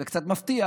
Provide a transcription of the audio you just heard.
זה קצת מפתיע,